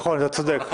נכון, אתה צודק.